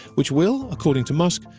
which will, according to musk,